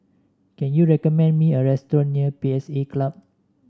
can you recommend me a restaurant near P S A Club